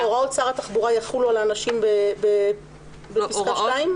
הוראות שר התחבורה יחולו על האנשים בפסקה (2)?